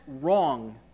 wrong